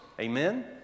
Amen